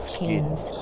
Skins